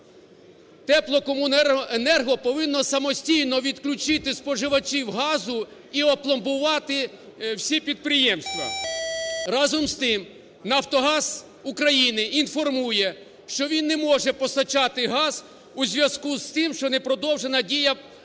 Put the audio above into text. "Теплокомуненерго" повинно самостійно відключити споживачів газу і опломбувати всі підприємства. Разом з тим, "Нафтогаз України" інформує, що він не може постачати газ у зв'язку із тим, що не продовжена дія терміну